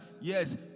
yes